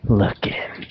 looking